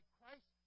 Christ